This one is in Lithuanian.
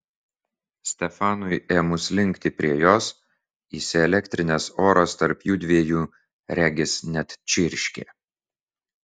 stefanui ėmus linkti prie jos įsielektrinęs oras tarp jųdviejų regis net čirškė